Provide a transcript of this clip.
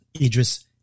Idris